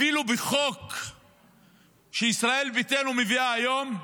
אפילו על חוק שישראל ביתנו מביאה היום,